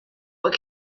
what